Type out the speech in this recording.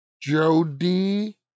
Jody